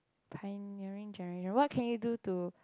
pioneering generate what can you do to